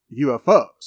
UFOs